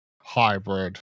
Hybrid